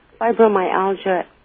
fibromyalgia